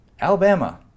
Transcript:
Alabama